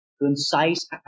concise